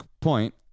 point